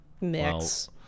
mix